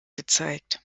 gezeigt